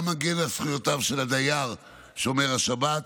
גם מגן על זכויותיו של הדייר שומר השבת,